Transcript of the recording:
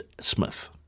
Smith